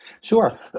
Sure